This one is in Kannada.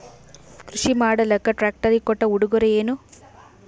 ಕೃಷಿ ಮಾಡಲಾಕ ಟ್ರಾಕ್ಟರಿ ಕೊಟ್ಟ ಉಡುಗೊರೆಯೇನ?